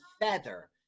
Feather